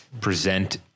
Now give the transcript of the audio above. present